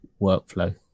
workflow